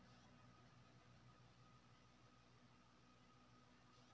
हमरा हमर cheque book डाक के माध्यम से भेटलय हन